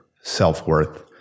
self-worth